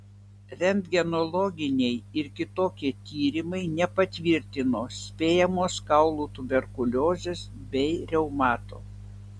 rentgenologiniai ir kitokie tyrimai nepatvirtino spėjamos kaulų tuberkuliozės bei reumato